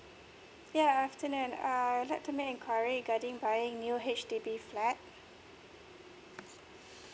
yeah afternoon err like to make enquiry regarding buying new H_D_B flat